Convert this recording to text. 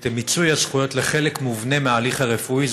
את מיצוי הזכויות, לחלק מובנה מההליך הרפואי.